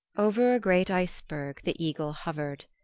over a great iceberg the eagle hovered.